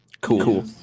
Cool